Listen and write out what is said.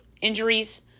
injuries